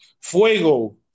Fuego